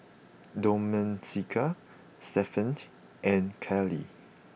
Domenica Stephaine and Keely